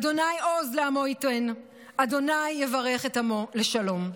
"ה' עֹז לעמו יתן, ה' יברך את עמו בשלום".